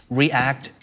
react